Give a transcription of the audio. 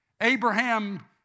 Abraham